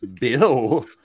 Bill